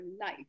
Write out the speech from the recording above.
life